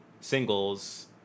singles